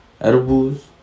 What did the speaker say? edibles